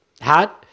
hat